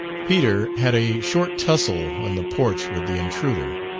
peter had a short tussle on the porch with the intruder.